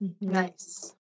Nice